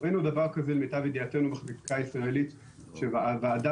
אין עוד דבר כזה למיטב ידיעתנו בחקיקה הישראלית שהוועדה